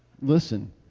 Listen